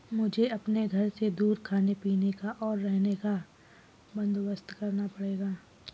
मुझे अपने घर से दूर खाने पीने का, और रहने का बंदोबस्त करना पड़ेगा